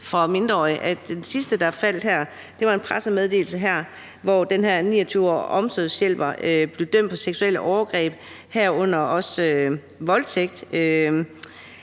på mindreårige. Den sidste, der faldt her, var i den her pressemeddelelse, hvor den her 29-årige omsorgshjælper blev dømt for seksuelle overgreb, herunder også voldtægt,